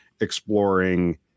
exploring